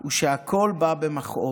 הוא שהכול בא במכאוב".